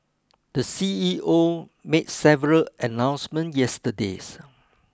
the C E O made several announcement yesterdays